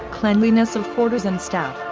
cleanliness of quarters and staff,